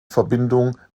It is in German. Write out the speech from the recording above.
verbindung